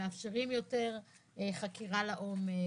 מאפשרים יותר חקירה לעומק,